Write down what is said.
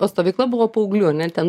o stovykla buvo paauglių ane ten